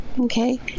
Okay